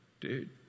dude